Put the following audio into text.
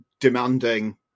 demanding